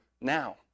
now